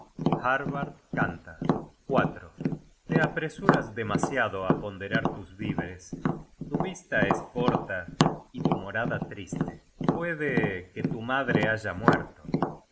harbard canta a te apresuras demasiado á ponderar tus víveres tu vista es corta y tu morada triste puede que tu madre haya muerto y